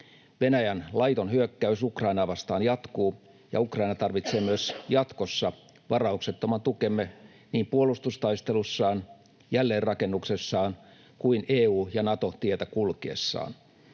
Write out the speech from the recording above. Venäjän laiton hyökkäys Ukrainaa vastaan jatkuu, ja Ukraina tarvitsee myös jatkossa varauksettoman tukemme niin puolustustaistelussaan, jälleenrakennuksessaan kuin EU- ja Nato-tietä kulkiessaan.